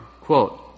Quote